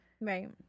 Right